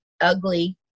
ugly